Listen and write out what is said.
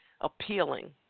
appealing